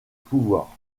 pouvoir